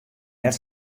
net